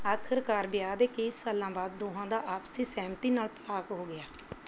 ਆਖ਼ਰਕਾਰ ਵਿਆਹ ਦੇ ਕਈ ਸਾਲਾਂ ਬਾਅਦ ਦੋਹਾਂ ਦਾ ਆਪਸੀ ਸਹਿਮਤੀ ਨਾਲ ਤਲਾਕ ਹੋ ਗਿਆ